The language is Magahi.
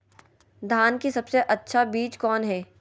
धान की सबसे अच्छा बीज कौन है?